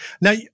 Now